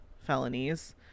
felonies